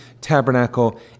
tabernacle